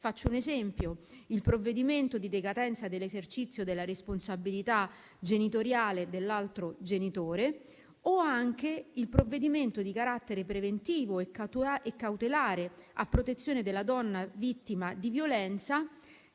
Faccio un esempio: il provvedimento di decadenza dell'esercizio della responsabilità genitoriale dell'altro genitore, o anche il provvedimento di carattere preventivo e cautelare a protezione della donna vittima di violenza,